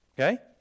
Okay